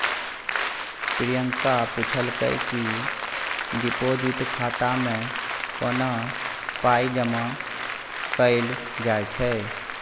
प्रियंका पुछलकै कि डिपोजिट खाता मे कोना पाइ जमा कयल जाइ छै